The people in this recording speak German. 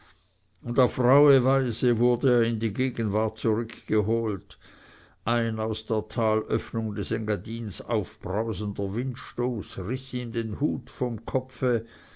und auf rauhe weise wurde er in die gegenwart zurückgeholt ein aus der talöffnung des engadins aufbrausender windstoß riß ihm den hut vom kopfe